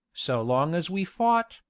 so long as we fought,